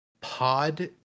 pod